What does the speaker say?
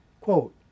Quote